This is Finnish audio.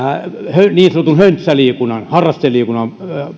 niin sanotun höntsäliikunnan harrasteliikunnan